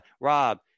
rob